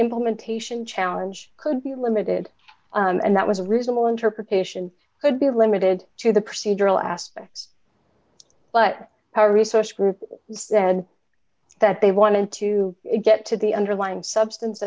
implementation challenge could be limited and that was a reasonable interpretation could be limited to the procedural aspects but our research group said that they wanted to get to the underlying substance